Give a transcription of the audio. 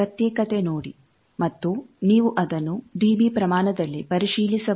ಪ್ರತ್ಯೇಕತೆ ನೋಡಿ ಮತ್ತು ನೀವು ಅದನ್ನು ಡಿಬಿ ಪ್ರಮಾಣದಲ್ಲಿ ಪರಿಶೀಲಿಸಬಹುದು